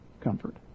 comfort